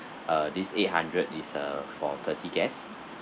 uh this eight hundred is a for thirty guests